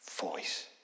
voice